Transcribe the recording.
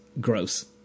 gross